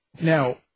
now